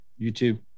YouTube